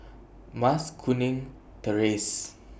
Mas Kuning Terrace